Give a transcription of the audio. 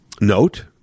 note